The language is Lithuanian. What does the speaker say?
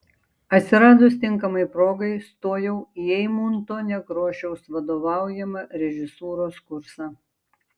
atsiradus tinkamai progai stojau į eimunto nekrošiaus vadovaujamą režisūros kursą